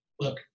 look